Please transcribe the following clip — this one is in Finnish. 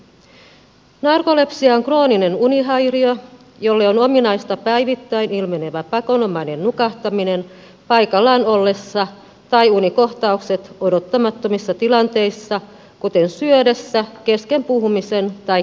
narkolepsia on krooninen unihäiriö jolle on ominaista päivittäin ilmenevä pakonomainen nukahtaminen paikallaan ollessa tai unikohtaukset odottamattomissa tilanteissa kuten syödessä kesken puhumisen tai kävellessä